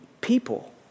people